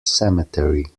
cemetery